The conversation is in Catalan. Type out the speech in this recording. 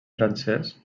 francès